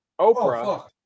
Oprah